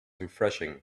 refreshing